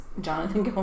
Jonathan